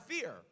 fear